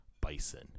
Bison